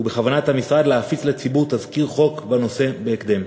בכוונת המשרד להפיץ לציבור תזכיר חוק בנושא בהקדם.